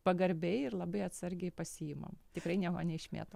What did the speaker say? pagarbiai ir labai atsargiai pasiimam tikrai nieko neišmėtom